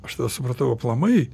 aš tada supratau aplamai